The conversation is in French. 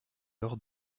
leur